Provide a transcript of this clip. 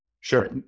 Sure